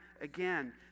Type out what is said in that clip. again